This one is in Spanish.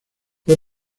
fue